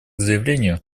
заявлению